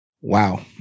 Wow